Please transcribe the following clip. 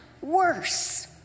worse